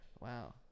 wow